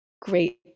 great